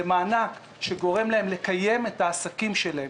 זה מענק שיאפשר להם לקיים את העסקים שלהם,